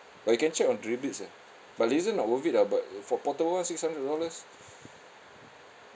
but you can check on drill bits ah but laser not worth it ah but for portable six hundred dollars